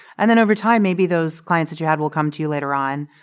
and then over time, maybe those clients that you had will come to you later on.